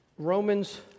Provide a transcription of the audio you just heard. Romans